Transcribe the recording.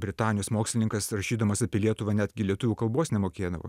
britanijos mokslininkas rašydamas apie lietuvą netgi lietuvių kalbos nemokėdavo